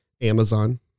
Amazon